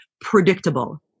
predictable